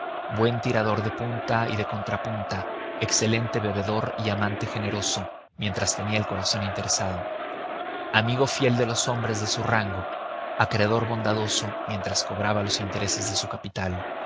buen tirador de punta y de contrapunta excelente bebedor y amante generoso mientras tenía el corazón interesado amigo fiel de los hombres de su rango acreedor bondadoso mientras cobraba los intereses de su capital